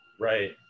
Right